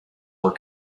were